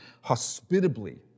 hospitably